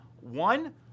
one